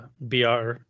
BR